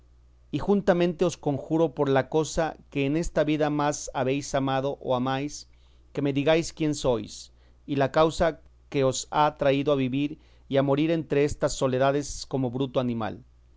y juntamente os conjuro por la cosa que en esta vida más habéis amado o amáis que me digáis quién sois y la causa que os ha traído a vivir y a morir entre estas soledades como bruto animal